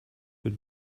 wird